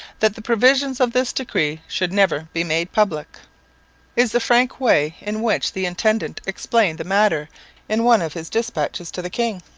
that the provisions of this decree should never be made public is the frank way in which the intendant explained the matter in one of his dispatches to the king.